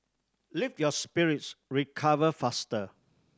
lift your spirits recover faster